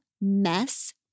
Mess